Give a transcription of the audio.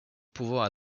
pouvant